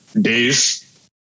days